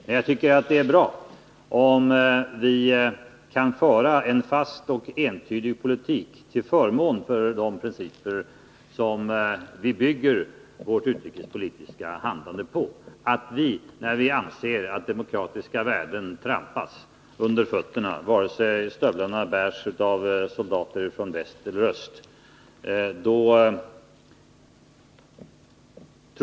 Men jag tycker det är bra om vi kan föra en fast och entydig politik till förmån för de principer som vi bygger vårt utrikespolitiska handlande på och att vi reagerar när vi anser att demokratiska värden trampas under fötterna, oavsett om stövlarna bärs av soldater från väst eller från öst.